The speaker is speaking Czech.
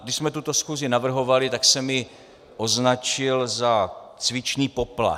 Když jsme tuto schůzi navrhovali, tak jsem ji označil za cvičný poplach.